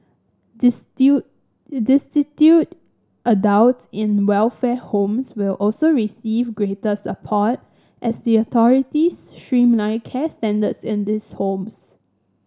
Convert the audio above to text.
destitute adults in welfare homes will also receive greater support as the authorities streamline care standards in these homes